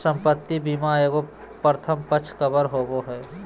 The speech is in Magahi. संपत्ति बीमा एगो प्रथम पक्ष कवर होबो हइ